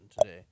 today